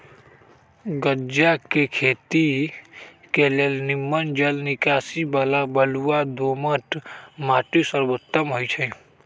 गञजा के खेती के लेल निम्मन जल निकासी बला बलुआ दोमट माटि सर्वोत्तम होइ छइ